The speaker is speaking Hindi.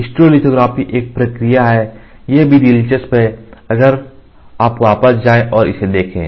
स्टेरोलिथोग्राफी एक प्रक्रिया है यह भी दिलचस्प है अगर आप वापस जाएं और इसे देखें